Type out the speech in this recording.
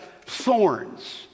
thorns